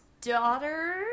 daughter